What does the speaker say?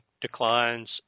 declines